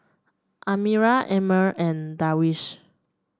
Amirah Ammir and Darwish